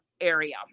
area